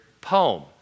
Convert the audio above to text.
poem